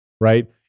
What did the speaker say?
right